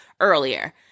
earlier